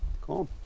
Cool